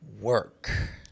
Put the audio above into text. work